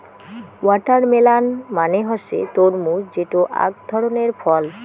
watermelon মানে হসে তরমুজ যেটো আক ধরণের ফল